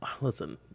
listen